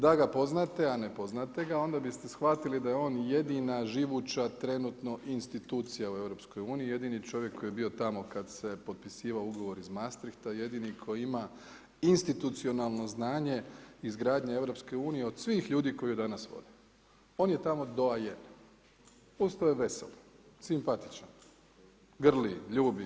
Da ga poznajete, a ne poznajete ga, onda biste shvatili da je on jedina živuća trenutno institucija u EU, jedini čovjek je bio tamo kada se potpisivao ugovor i Mastrichta, jedini koji ima institucionalno znanje izgradnje EU od svih ljudi koji je danas vode, on je tamo doajen, uz to je veseo, simpatičan, grli, ljubi.